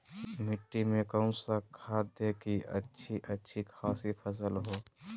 मिट्टी में कौन सा खाद दे की अच्छी अच्छी खासी फसल हो?